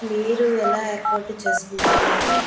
నీరు ఎలా ఏర్పాటు చేసుకుంటామంటే